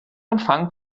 empfang